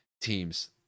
teams